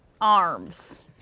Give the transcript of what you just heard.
arms